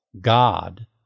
God